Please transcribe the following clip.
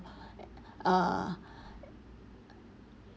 err